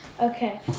okay